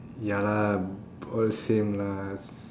ya lah all same lah